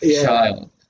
child